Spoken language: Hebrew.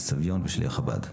סביון ושליח חב"ד.